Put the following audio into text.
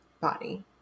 body